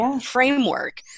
framework